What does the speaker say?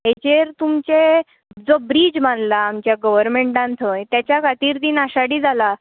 हाचेर तुमचे जो ब्रीज बांदला आमच्या गोवरमँटान थंय ताच्या खातीर ती नाशाडी जाला